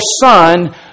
son